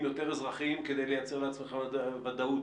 יותר אזרחיים כדי לייצר לעצמכם ודאות,